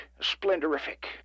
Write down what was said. splendorific